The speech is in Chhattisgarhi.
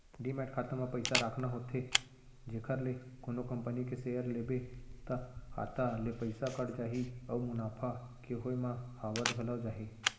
डीमैट खाता म पइसा राखना होथे जेखर ले कोनो कंपनी के सेयर लेबे त खाता ले पइसा कट जाही अउ मुनाफा के होय म आवत घलौ जाही